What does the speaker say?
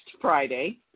friday